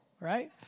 right